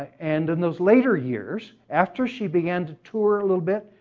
and in those later years after she began to tour a little bit,